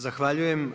Zahvaljujem.